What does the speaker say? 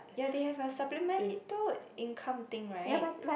ya they have a supplemental income thing [right]